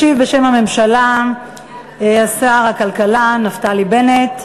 ישיב בשם הממשלה שר הכלכלה נפתלי בנט.